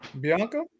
Bianca